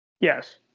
yes